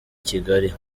kigali